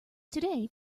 today